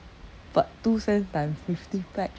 but two cent times fifty pack